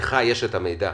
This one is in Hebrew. לך יש את המידע,